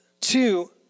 two